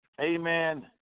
Amen